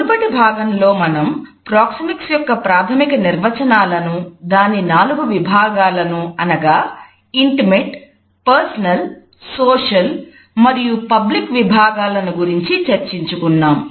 మునుపటి భాగంలో మనం ప్రోక్సెమిక్స్ విభాగాలను గురించి చర్చించుకున్నాము